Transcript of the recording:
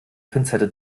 pinzette